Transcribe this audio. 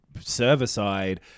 server-side